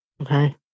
Okay